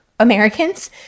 Americans